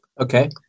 Okay